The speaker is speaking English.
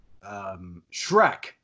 Shrek